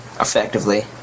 Effectively